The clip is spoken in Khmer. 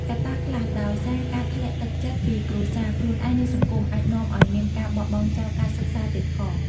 ករណីខ្លះ ដោយសារការធ្លាក់ទឹកចិត្តពីគ្រួសារ ខ្លួនឯង និងសង្គមអាចនាំឱ្យមានការបោះបង់ចោលការសិក្សាទៀតផង។